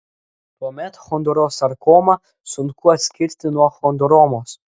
tuomet chondrosarkomą sunku atskirti nuo chondromos